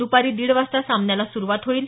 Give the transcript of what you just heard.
दुपारी दीड वाजता सामन्याला सुरुवात होईल